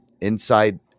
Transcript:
inside